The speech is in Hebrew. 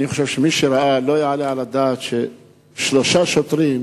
אני חושב שמי שראה: לא יעלה על הדעת ששלושה שוטרים,